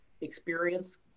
experience